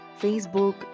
Facebook